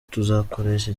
tuzakoresha